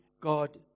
God